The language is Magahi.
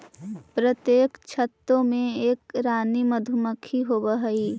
प्रत्येक छत्ते में एक रानी मधुमक्खी होवअ हई